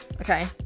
okay